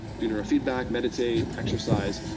do neurofeedback, meditate, exercise.